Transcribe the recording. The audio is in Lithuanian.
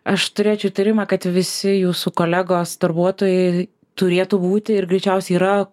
aš turėčiau įtarimą kad visi jūsų kolegos darbuotojai turėtų būti ir greičiausiai yra